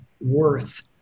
worth